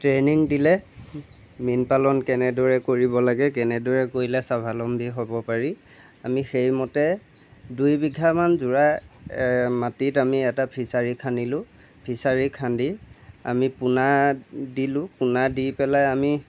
training দিলে মীন পালন কেনেদৰে কৰিব লাগে কেনেদৰে কৰিলে স্বাৱলম্বী হ'ব পাৰি আমি সেইমতে দুইবিঘামান জোৰা মাটিত আমি এটা ফিচাৰী খান্দিলোঁ ফিচাৰী খান্দি আমি পোনা দিলোঁ পোনা দি পেলাই আমি